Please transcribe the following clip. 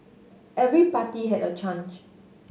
every party had a chance